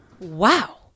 Wow